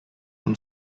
room